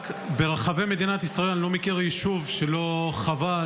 ברחבי מדינת ישראל אני לא מכיר יישוב שלא חווה,